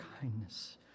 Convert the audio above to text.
kindness